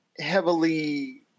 heavily